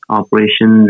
operation